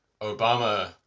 obama